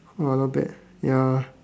!wow! not bad ya